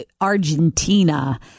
Argentina